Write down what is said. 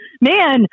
Man